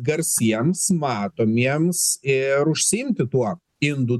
garsiems matomiems ir užsiimti tuo indų